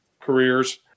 careers